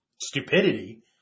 stupidity